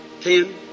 Ten